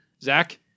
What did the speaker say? Zach